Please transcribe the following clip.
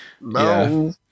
no